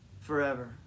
forever